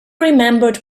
remembered